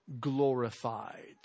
glorified